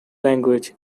language